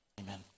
Amen